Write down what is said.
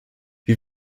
wie